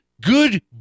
good